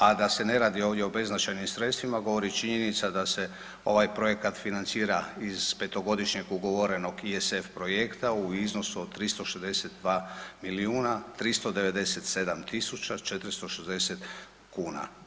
A da se ne radi ovdje o beznačajnim sredstvima govori činjenica da se ovaj projekat financira iz petogodišnjeg ugovorenog ISF projekta u iznosu od 362 milijuna 397 tisuća 460 kuna.